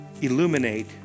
illuminate